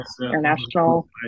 International